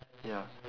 ya